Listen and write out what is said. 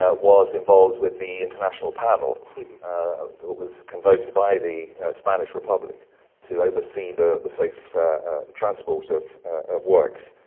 ah was involved with the international panel that was convoked by the spanish republic to oversee the the safe transport of of works,